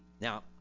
Now